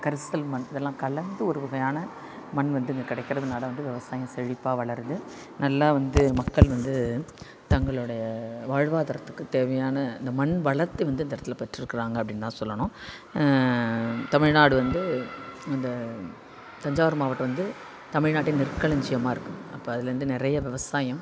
கரிசல் மண் இதெல்லாம் கலந்து ஒரு வகையான மண் வந்து இங்கே கிடைக்குறனால வந்து விவசாயம் செழிப்பாக வளருது நல்லா வந்து மக்கள் வந்து தங்களுடைய வாழ்வாதரத்துக்குத் தேவையான இந்த மண் வளத்தை வந்து இந்த இடத்துல பெற்றிருக்கிறாங்க அப்படின்னு தான் சொல்லணும் தமிழ்நாடு வந்து இந்த தஞ்சாவூர் மாவட்டம் வந்து தமிழ்நாட்டின் நெற்களஞ்சியமாக இருக்குது அப்போ அதுலேருந்து நிறைய விவசாயம்